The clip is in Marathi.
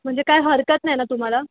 म्हणजे काय हरकत नाही ना तुम्हाला